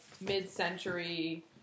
mid-century